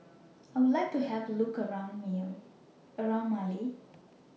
I Would like to Have A Look around Male